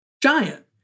Giant